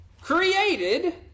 Created